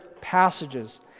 passages